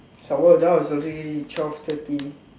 some more now is already twelve thirty